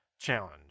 challenge